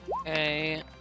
Okay